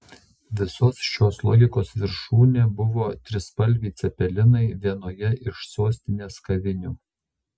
visos šios logikos viršūnė buvo trispalviai cepelinai vienoje iš sostinės kavinių